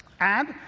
and,